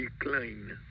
decline